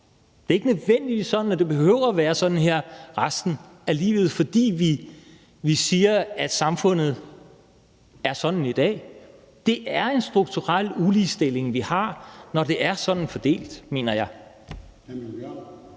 behøver ikke nødvendigvis at være sådan her resten af livet, bare fordi vi siger, at samfundet er sådan i dag. Det er en strukturel ulighed, vi har, når det er sådan fordelt, mener jeg.